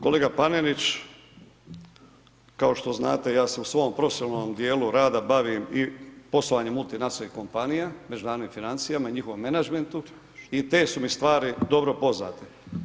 Kolega Panenić, kao što znate ja se u svom profesionalnom dijelu rada bavim i poslovanjem multinacionalnih kompanija, međunarodnim financijama i njihovom menadžmentu, i te su mi stvari dobro poznate.